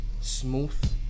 Smooth